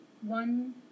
One